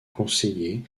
conseillers